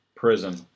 Prison